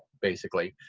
basically